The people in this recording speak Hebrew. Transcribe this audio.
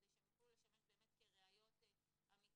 כדי שהם יוכלו לשמש באמת כראיות אמיתיות.